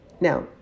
Now